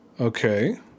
Okay